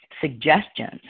suggestions